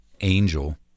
angel